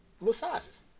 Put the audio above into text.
massages